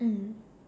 mm